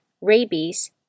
rabies